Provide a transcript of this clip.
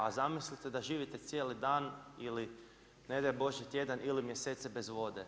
A zamislite da živite cijeli dan ili ne daj Bože tjedan ili mjesece bez vode.